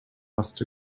must